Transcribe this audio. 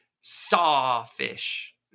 sawfish